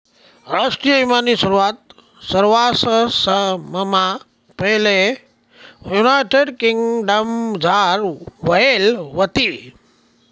राष्ट्रीय ईमानी सुरवात सरवाससममा पैले युनायटेड किंगडमझार व्हयेल व्हती